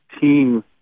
team